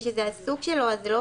זה אומר